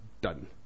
done